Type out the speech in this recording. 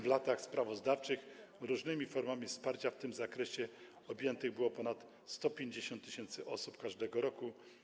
W latach sprawozdawczych różnymi formami wsparcia w tym zakresie objętych było ponad 150 tys. osób każdego roku.